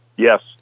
Yes